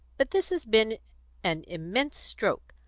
but this has been an immense stroke.